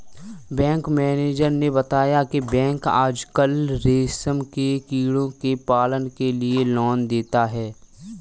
bank manager ने बताया की बैंक आजकल रेशम के कीड़ों के पालन के लिए लोन देता है